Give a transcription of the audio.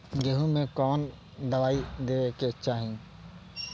गेहूँ मे कवन दवाई देवे के चाही?